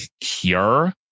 Cure